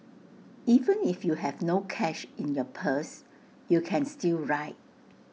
even if you have no cash in your purse you can still ride